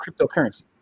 cryptocurrency